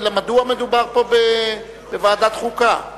אני קובע שהצעת החוק של חברי הכנסת פניה